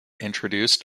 introduced